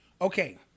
Okay